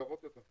נשגבות יותר.